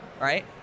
right